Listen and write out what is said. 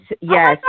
Yes